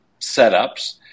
setups